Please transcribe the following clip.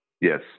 Yes